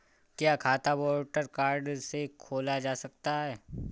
क्या खाता voter card से खोला जा सकता है?